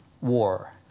war